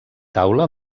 taula